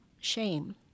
shame